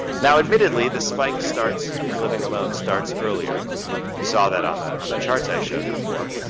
now admittedly the spike starts in living alone starts earlier, you you saw that on the on the charts i showed before.